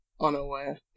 unaware